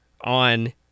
on